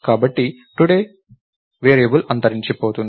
కాబట్టి today variable అంతరించిపోతుంది